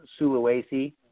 Sulawesi